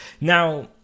Now